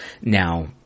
now